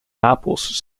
napels